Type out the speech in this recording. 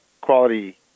quality